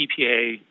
EPA